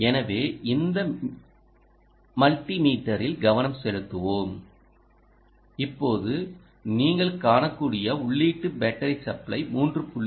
எனவே இந்த மல்டி மீட்டரில் கவனம் செலுத்துவோம் இப்போது நீங்கள் காணக்கூடிய உள்ளீட்டு பேட்டரி சப்ளை 3